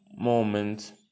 moment